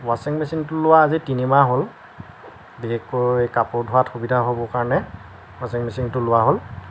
ৱাছিং মেচিনটো লোৱা আজি তিনিমাহ হ'ল বিশেষকৈ কাপোৰ ধোৱাত সুবিধা হ'বৰ কাৰণে ৱাছিং মেচিনটো লোৱা হ'ল